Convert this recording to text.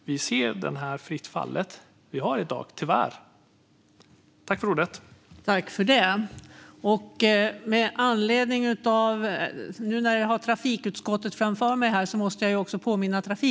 Vi ser därför tyvärr att vi har myndigheter och verk i fritt fall.